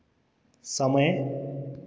समय